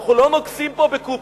אנחנו לא נוגסים פה בקובטי.